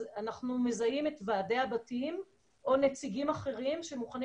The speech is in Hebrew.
אנחנו מזהים את בעלי הבתים או נציגים אחרים שמוכנים